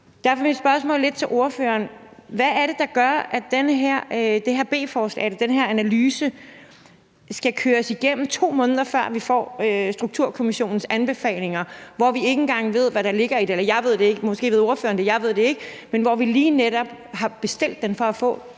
Derfor er mit spørgsmål til ordføreren: Hvad er det, der gør, at det her B-forslag eller den her analyse skal køres igennem, 2 måneder før vi får Sundhedsstrukturkommissionens anbefalinger, som vi ikke engang ved hvad der ligger i – måske ved ordføreren det, men jeg ved det ikke – og som vi lige netop har bestilt for at få det